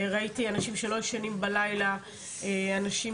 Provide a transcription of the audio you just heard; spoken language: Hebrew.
ראיתי אנשים שלא ישנים בלילה, אנשים